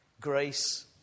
Grace